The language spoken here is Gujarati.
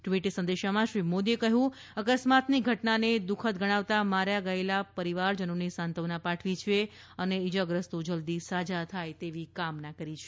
ટ્વીટ સંદેશમાં શ્રી મોદીએ કહ્યું કે અકસ્માતની ઘટનાને દુઃખદ ગણાવતાં માર્યા ગયેલાના પરિવારજનોને સાત્વના પાઠવી છે અને ઇજાગ્રસ્તો જલદી સાજા થાય તેવી કામના કરી છે